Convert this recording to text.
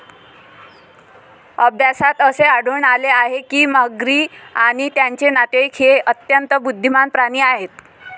अभ्यासात असे आढळून आले आहे की मगरी आणि त्यांचे नातेवाईक हे अत्यंत बुद्धिमान प्राणी आहेत